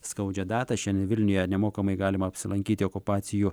skaudžią datą šiandien vilniuje nemokamai galima apsilankyti okupacijų